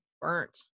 burnt